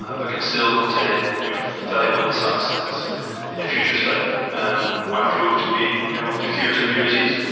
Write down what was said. ah but can still contain you know valuable insights that in a future study um might prove to be you know the cure to a new disease.